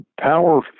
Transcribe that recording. power